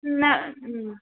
न